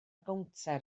gownter